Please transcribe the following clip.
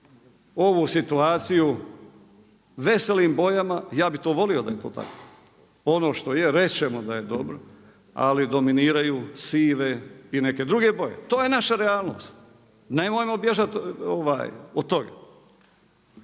ovu situaciju veselim bojama, ja bih volio da je to tako. Ono što je reći ćemo da je dobro, ali dominiraju sive i neke druge boje. To je naša realnost, nemojmo bježati od toga.